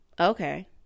okay